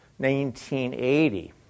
1980